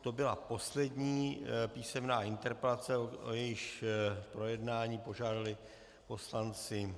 To byla poslední písemná interpelace, o jejíž projednání požádali poslanci.